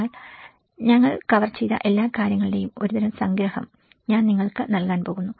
എന്നാൽ ഞങ്ങൾ കവർ ചെയ്ത എല്ലാ കാര്യങ്ങളുടെയും ഒരു തരം സംഗ്രഹം ഞാൻ നിങ്ങൾക്ക് നൽകാൻ പോകുന്നു